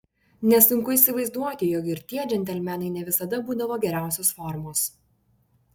nesunku įsivaizduoti jog ir tie džentelmenai ne visada būdavo geriausios formos